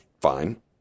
fine